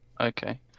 Okay